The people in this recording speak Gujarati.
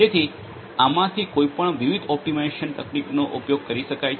તેથી આમાંથી કોઈ પણ વિવિધ ઓપ્ટિમાઇઝેશન તકનીકોનો ઉપયોગ કરી શકાય છે